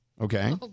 Okay